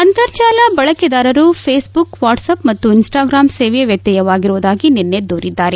ಅಂತರ್ಜಾಲ ಬಳಕೆದಾರರು Facebook WhatsApp ಮತ್ತು ಇನ್ಸ್ಟಾಗ್ರಾಮ್ ಸೇವೆ ವ್ಯತ್ಯಯವಾಗಿರುವುದಾಗಿ ನಿನ್ನೆ ದೂರಿದ್ದಾರೆ